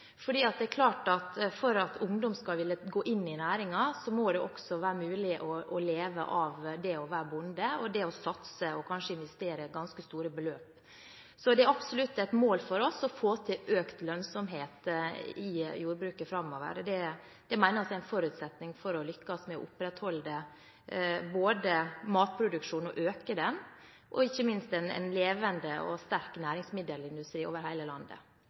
For at ungdom skal ville gå inn i næringen, må det også være mulig å leve av å være bonde og det å satse og kanskje investere ganske store beløp. Det er absolutt et mål for oss å få til økt lønnsomhet i jordbruket framover. Det mener jeg også er en forutsetning for å lykkes med å opprettholde matproduksjonen og øke den, og ikke minst ha en levende og sterk næringsmiddelindustri over hele landet.